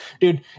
dude